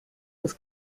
was